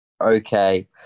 Okay